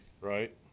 Right